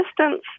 assistance